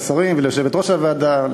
לשרים וליושבת-ראש הוועדה,